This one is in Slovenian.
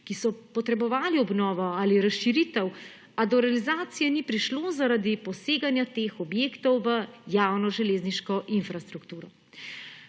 ki so potrebovali obnovo ali razširitev, a do realizacije ni prišlo zaradi poseganje teh objektov v javno železniško infrastrukturo.